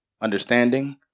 understanding